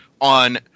on